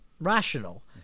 rational